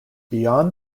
beyond